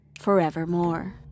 forevermore